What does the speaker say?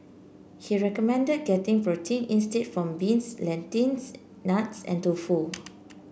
he recommended getting protein instead from beans nuts and tofu